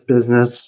business